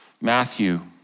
Matthew